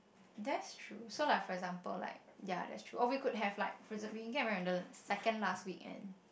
that's true so like for example like ya that's true or we could have like for ex~ we could get married on the second last weekend